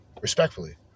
respectfully